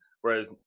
Whereas